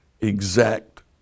exact